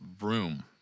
Room